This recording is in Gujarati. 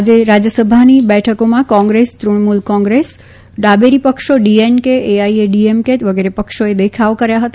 આજે રાજયસભાની બેઠકોમાં કોંગ્રેસ તૃણમૂલ કોંગ્રેસ ડાબેરી પક્ષો ડીએનકે એઆઇએડીએમકે વગેરે પક્ષોએ દેખાવો કર્યા હતા